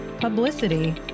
publicity